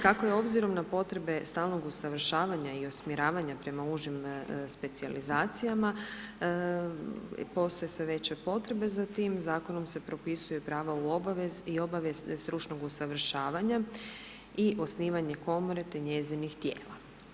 Kako je obzirom na potrebe stalnog usavršavanja i usmjeravanja prema užim specijalizacijama postoje sve veće potrebe za tim, zakonom se propisuje prava i obaveze stručnog usavršavanja i osnivanje komore te njezinih tijela.